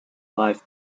live